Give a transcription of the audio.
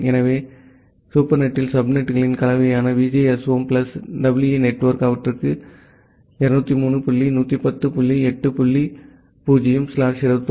எனவே சூப்பர்நெட்டின் சப்நெட்டுகளின் கலவையான VGSOM பிளஸ் EE நெட்வொர்க் அவற்றுக்கு 203 டாட் 110 டாட் 8 டாட் 0 ஸ்லாஷ் 21